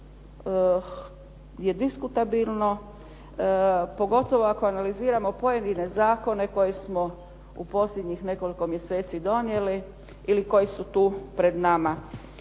je diskutabilno, pogotovo ako analiziramo pojedine zakone koje smo u posljednjih nekoliko mjeseci donijeli ili koji su tu pred nama.